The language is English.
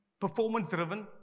performance-driven